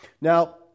Now